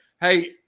Hey